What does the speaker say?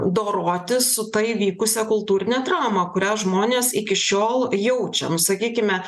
dorotis su ta įvykusia kultūrine trauma kurią žmonės iki šiol jaučiam sakykime